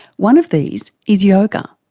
one of these is yoga.